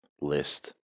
list